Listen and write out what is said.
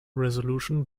resolution